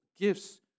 gifts